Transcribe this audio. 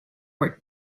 were